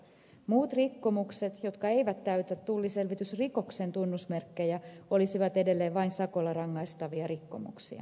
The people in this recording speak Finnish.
muut rikkomukset jotka eivät täytä tulliselvitysrikoksen tunnusmerkkejä olisivat edelleen vain sakolla rangaistavia rikkomuksia